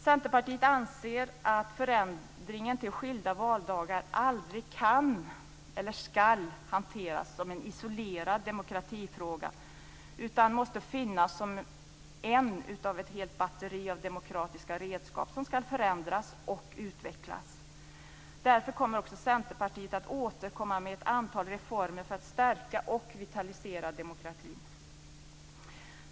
Centerpartiet anser att förändringen till skilda valdagar aldrig kan eller ska hanteras som en isolerad demokratifråga utan måste finnas som ett av ett helt batteri av demokratiska redskap som ska förändras och utvecklas. Därför kommer också Centerpartiet att återkomma med ett antal reformer för att stärka och vitalisera demokratin.